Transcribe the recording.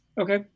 Okay